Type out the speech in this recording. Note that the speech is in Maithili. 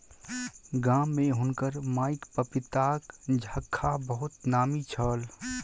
गाम में हुनकर माईक पपीताक झक्खा बहुत नामी छल